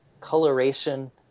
coloration